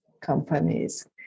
companies